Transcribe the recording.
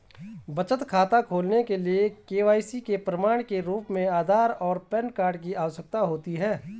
बचत खाता खोलने के लिए के.वाई.सी के प्रमाण के रूप में आधार और पैन कार्ड की आवश्यकता होती है